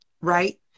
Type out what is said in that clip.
right